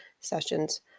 sessions